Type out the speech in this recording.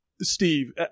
Steve